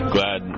glad